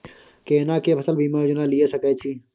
केना के फसल बीमा योजना लीए सके छी?